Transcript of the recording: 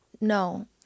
no